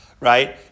right